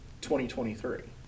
2023